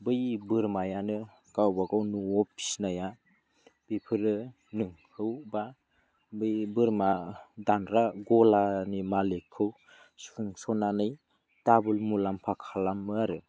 बै बोरमायानो गावबा गाव न'आव फिसिनाया बेफोरोखौ बा बै बोरमा दानग्रा गलानि मालिकखौ सुंस'नानै डाबोल मुलाम्फा खालामो आरो